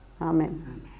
Amen